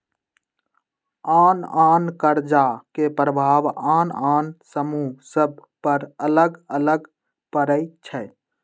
आन आन कर्जा के प्रभाव आन आन समूह सभ पर अलग अलग पड़ई छै